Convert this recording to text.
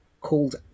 called